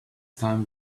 time